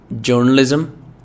journalism